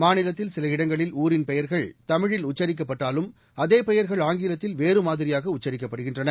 மாநிலத்தில் சில இடங்களில் ஊரின் பெயர்கள் தமிழில் உச்சரிக்கப்பட்டாலும் அதே பெயர்கள் ஆங்கிலத்தில் வேறு மாதிரியாக உச்சரிக்கப்படுகின்றன